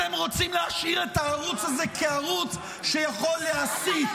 אתם רוצים להשאיר את הערוץ הזה כערוץ שיכול להסית,